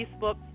Facebook